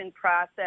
process